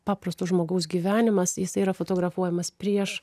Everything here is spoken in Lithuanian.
paprasto žmogaus gyvenimas jisai yra fotografuojamas prieš